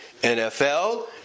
NFL